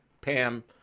Pam